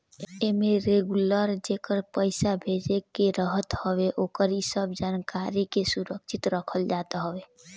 एमे रेगुलर जेके पईसा भेजे के रहत हवे ओकरी सब जानकारी के सुरक्षित रखल जात हवे